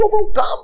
overcome